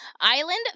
Island